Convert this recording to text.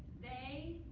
they